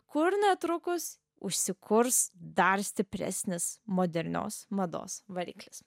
kur netrukus užsikurs dar stipresnis modernios mados variklis